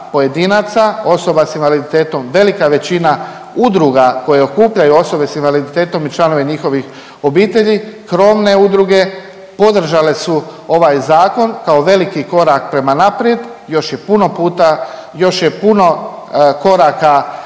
pojedinaca, osoba s invaliditetom, velika većina udruga koje okupljaju osobe s invaliditetom i članove njihovih obitelji, krovne udruge podržale su ovaj zakon kao veliki korak prema naprijed, još je puno puta,